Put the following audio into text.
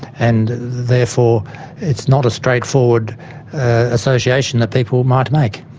and therefore it's not a straightforward association that people might make.